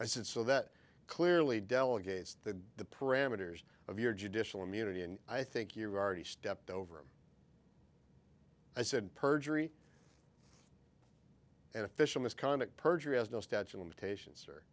i said so that clearly delegates to the parameters of your judicial immunity and i think you've already stepped over i said perjury and official misconduct perjury has no statute limitations